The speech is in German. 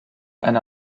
eine